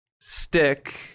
stick